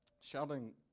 Shouting